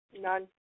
None